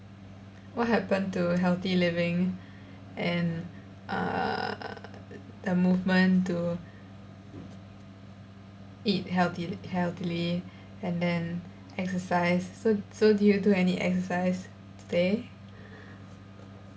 what happen to healthy living and uh the movement to eat healthi~ healthily and then exercise so so do you do any exercise today